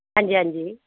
ਹਾਂਜੀ ਹਾਂਜੀ